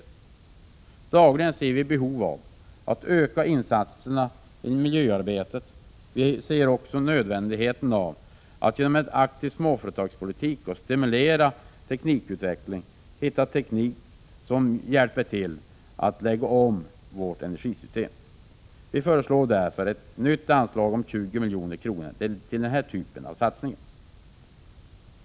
Vi ser dagligen behov av att öka insatserna i miljöarbetet. Vi ser också att det är nödvändigt att genom en aktiv småföretagspolitik och en stimulerad teknikutveckling hitta teknik som hjälper till att lägga om vårt energisystem. Vi föreslår därför ett nytt anslag om 20 milj.kr. till den här typen av satsningar.